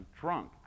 drunk